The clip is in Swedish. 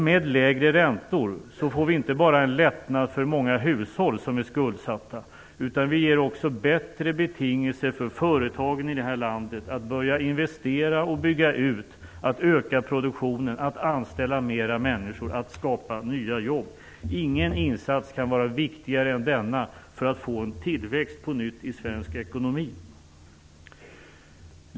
Med lägre räntor får vi inte bara en lättnad för många skuldsatta hushåll, utan vi ger också bättre betingelser för företagen i Sverige att börja investera och bygga ut, öka produktionen, anställa fler människor och skapa nya jobb. Ingen insats kan vara viktigare än denna för att få en tillväxt på nytt i svensk ekonomi.